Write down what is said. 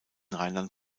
rheinland